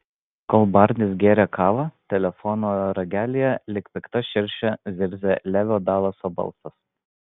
kol barnis gėrė kavą telefono ragelyje lyg pikta širšė zirzė levio dalaso balsas